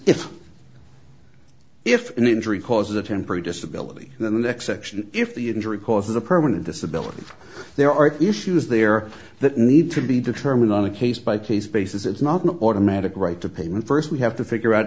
if if an injury causes a temporary disability the next section if the injury causes a permanent disability there are issues there that need to be determined on a case by case basis it's not an automatic right to payment first we have to figure out